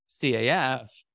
CAF